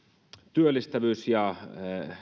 työllistävyys ja